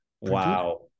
Wow